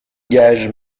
gage